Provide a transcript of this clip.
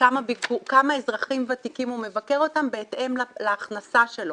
כמה אזרחים ותיקים הוא מבקר בהתאם להכנסה שלו.